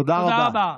תודה רבה.